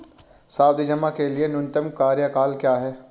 सावधि जमा के लिए न्यूनतम कार्यकाल क्या है?